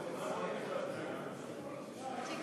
אדוני היושב-ראש, כנסת